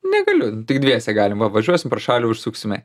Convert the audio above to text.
negaliu tik dviese galim va važiuosim pro šalį užsuksime